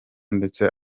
ndetse